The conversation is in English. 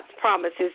promises